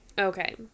Okay